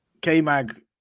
K-Mag